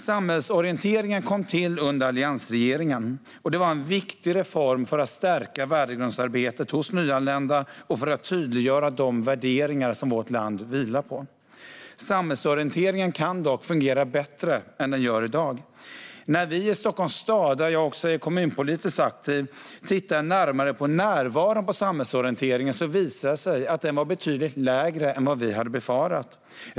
Samhällsorienteringen kom till under alliansregeringen, och det var en viktig reform för att stärka värdegrundsarbetet hos nyanlända och för att tydliggöra de värderingar som vårt land vilar på. Samhällsorienteringen kan dock fungera bättre än den gör i dag. När vi i Stockholms stad, där jag också är kommunpolitiskt aktiv, tittade närmare på närvaron på samhällsorienteringen visade det sig att den var betydligt lägre än vad vi hade befarat.